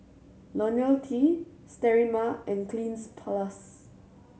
Ionil T Sterimar and Cleanz Plus